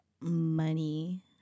money